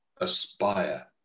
aspire